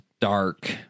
dark